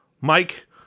Mike